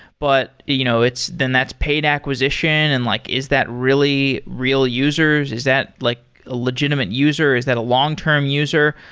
but you know then that's paid acquisition and like is that really real users. is that like a legitimate user? is that a long-term user?